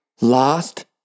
lost